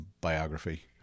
biography